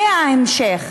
זה ההמשך.